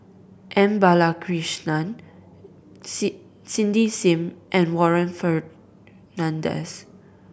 M Balakrishnan C Cindy Sim and Warren Fernandez